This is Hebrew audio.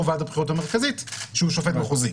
ועדת הבחירות המרכזית שהוא שופט מחוזי,